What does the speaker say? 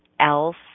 else